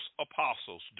apostles